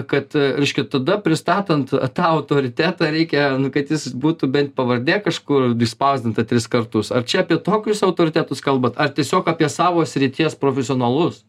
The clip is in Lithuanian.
kad reiškia tada pristatant tą autoritetą reikia kad jis būtų bent pavardė kažkur išspausdinta tris kartus ar čia apie tokius autoritetus kalbat ar tiesiog apie savo srities profesionalus